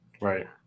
right